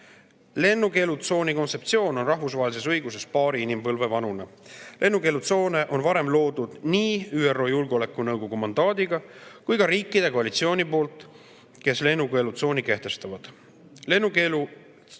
Lennukeelutsooni kontseptsioon on rahvusvahelises õiguses paari inimpõlve vanune. Lennukeelutsoone on varem loodud nii ÜRO Julgeolekunõukogu mandaadiga kui ka riikide koalitsiooni poolt, kes lennukeelutsooni kehtestavad. Lennukeelutsooni